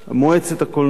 מועצת הקולנוע,